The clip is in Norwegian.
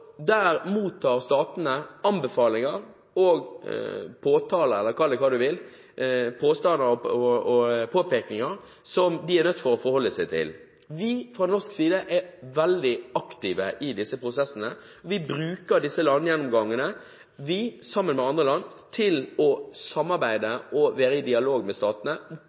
og påtale, påstander og påpekninger – kall det hva du vil – som de er nødt til å forholde seg til. Vi fra norsk side er veldig aktive i disse prosessene. Vi bruker disse landgjennomgangene til – sammen med andre land – å samarbeide og være i dialog med statene